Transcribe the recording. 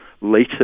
later